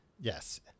Yes